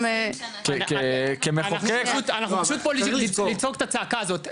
אנחנו פשוט פה לצעוק את הצעקה הזאת,